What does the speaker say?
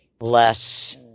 less